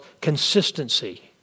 consistency